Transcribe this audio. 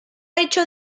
hecho